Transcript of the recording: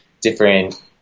different